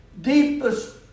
deepest